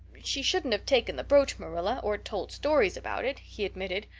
she shouldn't have taken the brooch, marilla, or told stories about it, he admitted,